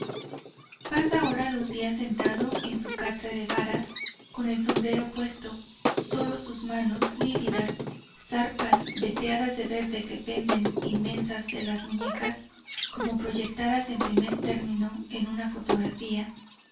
pasa ahora los días sentado en su catre de varas con el sombrero puesto sólo sus manos lívidas zarpas veteadas de verde que penden inmensas de las muñecas como proyectadas en primer término en una fotografía